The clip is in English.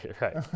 Right